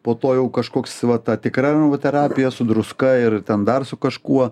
po to jau kažkoks va ta tikra terapija su druska ir ten dar su kažkuo